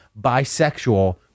bisexual